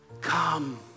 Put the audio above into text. come